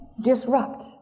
disrupt